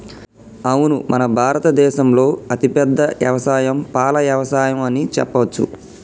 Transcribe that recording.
అవును మన భారత దేసంలో అతిపెద్ద యవసాయం పాల యవసాయం అని చెప్పవచ్చు